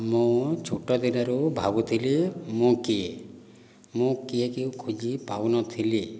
ମୁଁ ଛୋଟ ଦିନରୁ ଭାବୁଥିଲି ମୁଁ କିଏ ମୁଁ କିଏ କେବେ ଖୋଜି ପାଉନଥିଲି